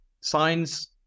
signs